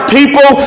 people